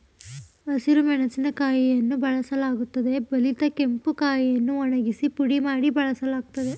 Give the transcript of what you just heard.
ಹಸಿರು ಮೆಣಸಿನಕಾಯಿಯನ್ನು ಬಳಸಲಾಗುತ್ತದೆ ಬಲಿತ ಕೆಂಪು ಕಾಯಿಯನ್ನು ಒಣಗಿಸಿ ಪುಡಿ ಮಾಡಿ ಬಳಸಲಾಗ್ತದೆ